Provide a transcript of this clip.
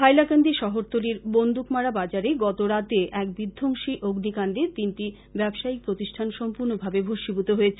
হাইলাকান্দি শহরতলীর বন্দুকমারা বাজারে গতরাতে এক বিধ্বংসী অগ্নিকান্ডে তিনটি ব্যবসায়ীক প্রতিষ্ঠান সম্পূর্নভাবে ভস্মীভূত হয়েছে